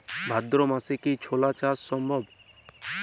ভাদ্র মাসে কি ছোলা চাষ সম্ভব?